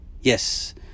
Yes